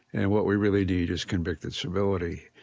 and what we really need is convicted civility.